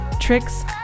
tricks